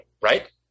right